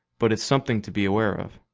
but it's something to be aware of.